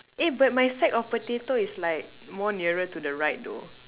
eh but my stack of potato is like more nearer to the right though